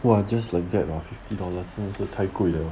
!wah! just like that oh fifty dollars 真的是太贵